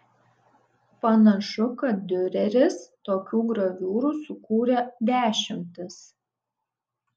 panašu kad diureris tokių graviūrų sukūrė dešimtis